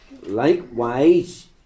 Likewise